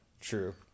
true